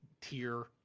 tier